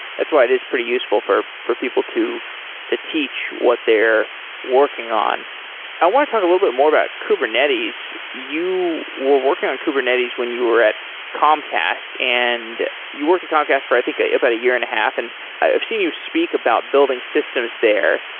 that's why it is pretty useful for for people to to teach what they're working on i want to talk a little bit more about kubernetes. you were working on kubernetes when you were at comcast and you worked at comcast for i think about a year and a half. and i've seen you speak about building systems there.